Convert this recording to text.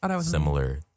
similar